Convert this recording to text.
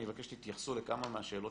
אני מבקש שתתייחסו לכמה מהשאלות,